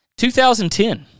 2010